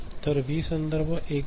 तर व्ही संदर्भ 1